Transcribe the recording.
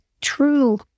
true